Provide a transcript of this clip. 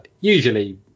usually